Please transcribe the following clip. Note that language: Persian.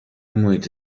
محیط